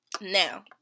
now